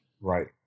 Right